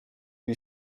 jej